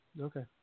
Okay